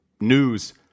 news